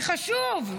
זה חשוב.